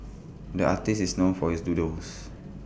the artist is known for his doodles